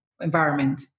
environment